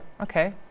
okay